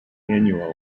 annual